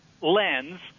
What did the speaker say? lens